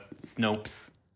snopes